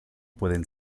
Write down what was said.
pueden